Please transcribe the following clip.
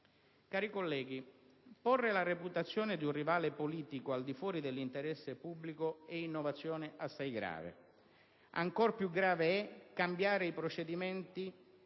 loro giudizio. Porre la reputazione di un rivale politico al di fuori dell'interesse pubblico è innovazione assai grave; ancora più grave è cambiare i procedimenti